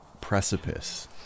precipice